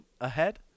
ahead